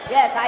Yes